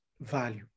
value